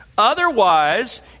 Otherwise